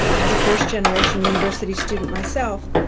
as a first-generation university student myself,